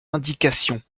indications